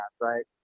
right